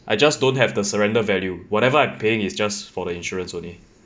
I just don't have the surrender value whatever I'm paying is just for the insurance only